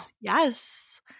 Yes